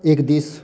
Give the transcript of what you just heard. एक दिस